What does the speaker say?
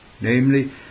namely